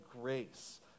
grace